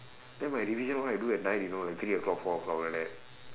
then my revision all I do at night you know three o'clock four o'clock like that